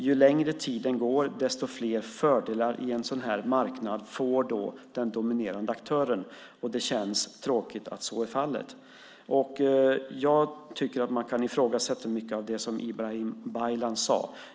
Ju längre tiden går, desto fler fördelar i en sådan här marknad får den dominerande aktören, och det känns tråkigt att så är fallet. Jag tycker att man kan ifrågasätta mycket av det som Ibrahim Baylan sade.